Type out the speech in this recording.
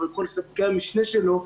אבל כל ספקי המשנה שלו,